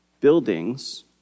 buildings